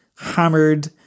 hammered